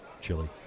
chili